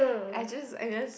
I just I just